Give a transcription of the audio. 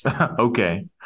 Okay